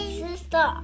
sister